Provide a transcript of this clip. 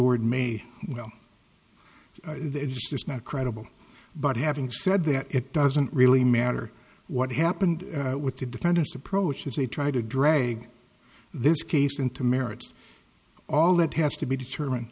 word may well it's just not credible but having said that it doesn't really matter what happened with the defendants approaches they try to drag this case into merits all that has to be determined